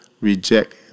reject